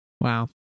Wow